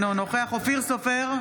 אינו נוכח אופיר סופר,